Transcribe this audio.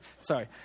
Sorry